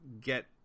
get